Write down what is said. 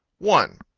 one.